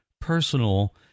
personal